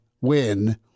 win